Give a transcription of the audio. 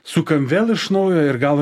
sukam vėl iš naujo ir galo